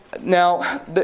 Now